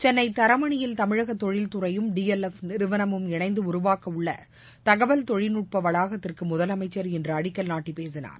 சென்னைதரமணியில் தமிழகதொழில்துறையும் D L F நிறுவனமும் இணைந்துஉருவாக்கஉள்ளதகவல் தொழில்நுட்பவளாகத்திற்குமுதலமைச்ச் இன்றுஅடிக்கல் நாட்டிபேசினார்